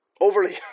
overly